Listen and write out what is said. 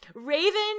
Raven